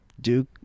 Duke